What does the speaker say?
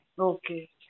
Okay